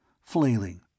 flailing